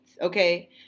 okay